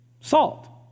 salt